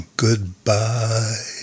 goodbye